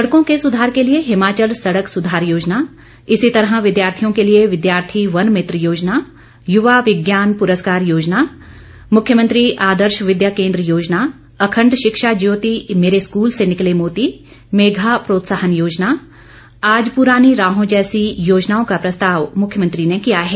सड़कों के सुधार के लिए हिमाचल सड़क सुधार योजना इसी तरह विद्यार्थियों के लिए विद्यार्थी वन मित्र योजना युवा विज्ञान पुरस्कार योजना मुख्यमंत्री आदर्श विद्या केंद्र योजना अखंड शिक्षा ज्योती मेरे स्कूल से निकले मोती मेघा प्रोत्साहन योजना आज पुरानी राहों जैसी योजनाओं का प्रस्ताव मुख्यमंत्री ने किया है